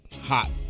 hot